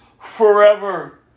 forever